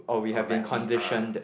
oh like we are